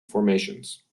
formations